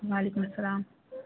وعلیکم السلام